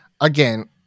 again